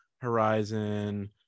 Horizon